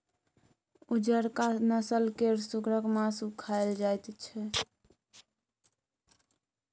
उजरका नस्ल केर सुगरक मासु खाएल जाइत छै